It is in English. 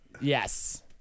Yes